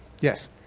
Yes